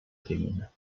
femmina